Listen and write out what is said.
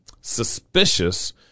suspicious